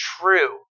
true